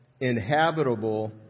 inhabitable